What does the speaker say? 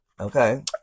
Okay